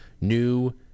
new